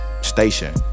station